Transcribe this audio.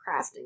crafting